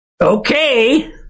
Okay